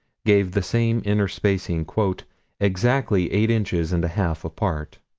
gave the same inter-spacing exactly eight inches and a half apart.